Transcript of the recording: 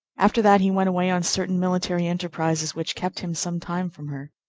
after that he went away on certain military enterprises which kept him some time from her.